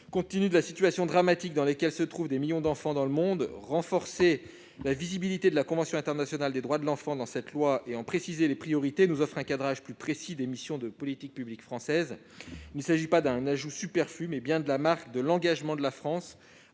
tenu de la situation dramatique dans laquelle se trouvent des millions d'enfants dans le monde, renforcer la visibilité de la convention internationale des droits de l'enfant dans ce projet de loi et en préciser les priorités permettrait d'effectuer un cadrage plus clair des missions des politiques publiques françaises. Il ne s'agit pas d'un ajout superflu, mais bien de la marque de l'engagement de la France